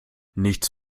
nichts